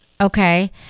okay